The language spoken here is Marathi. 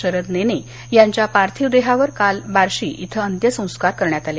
शरद नेने यांच्या पार्थिव देहावर काल बार्शी इथं अत्यसंस्कार करण्यात आले